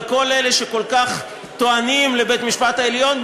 אבל כל אלה שכל כך טוענים לבית-המשפט העליון,